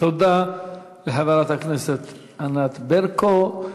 תודה לחברת הכנסת ענת ברקו.